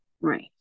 Right